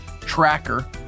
tracker